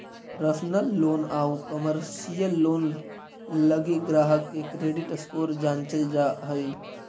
personal loan आउ commercial loan लगी ग्राहक के क्रेडिट स्कोर जांचल जा हइ